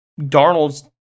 Darnold's